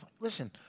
Listen